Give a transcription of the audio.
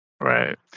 Right